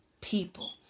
people